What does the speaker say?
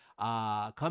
Come